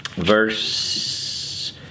Verse